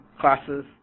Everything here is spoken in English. classes